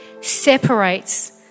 separates